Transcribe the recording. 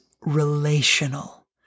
relational